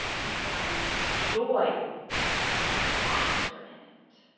and find joy and laughter in it.